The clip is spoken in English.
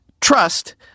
Trust